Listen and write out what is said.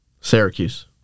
Syracuse